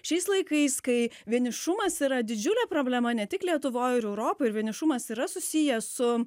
šiais laikais kai vienišumas yra didžiulė problema ne tik lietuvoj ir europoj vienišumas yra susijęs su